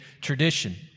tradition